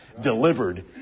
delivered